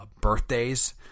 birthdays